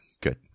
Good